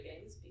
games